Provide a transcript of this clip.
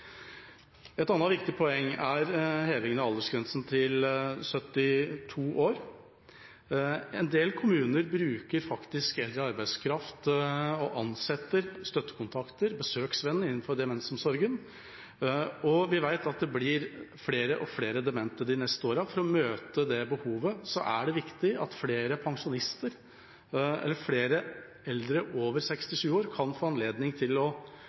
Et annet viktig poeng er hevingen av aldersgrensen til 72 år. En del kommuner bruker faktisk eldre arbeidskraft og ansetter støttekontakter og besøksvenner innenfor demensomsorgen. Vi vet at det blir flere og flere demente de neste årene, og for å møte det behovet er det viktig at flere eldre over 67 år kan få anledning til å